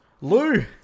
Lou